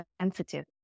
sensitive